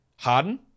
Harden